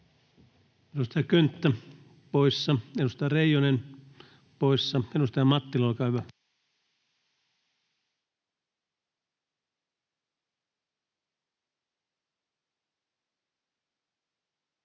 Edustaja Könttä poissa, edustaja Reijonen poissa. — Edustaja Mattila, olkaa hyvä.